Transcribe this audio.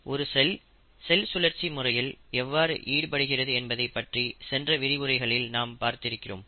ஒரு cell cell சுழற்சி முறையில் எவ்வாறு ஈடுபடுகிறது என்பதை பற்றி சென்ற விரிவுரைகளில் நாம் பார்த்திருக்கிறோம்